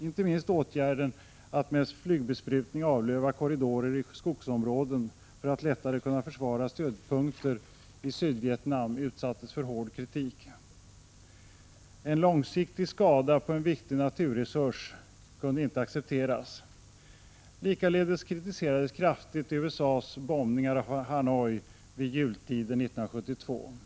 Inte minst åtgärden att med flygbesprutning avlöva korridorer i skogsområden, för att lättare kunna försvara stödpunkter i Sydvietnam, utsattes för hård kritik. En långsiktig skada på en viktig naturresurs kunde inte accepteras. Likaledes kritiserades kraftigt USA:s bombningar av Hanoi vid jultiden 1972.